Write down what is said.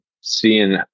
seeing